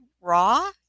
raw